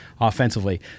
offensively